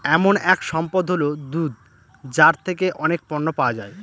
এমন এক সম্পদ হল দুধ যার থেকে অনেক পণ্য পাওয়া যায়